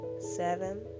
seven